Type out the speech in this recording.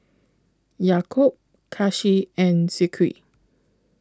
Yaakob Kasih and Zikri